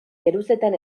geruzetan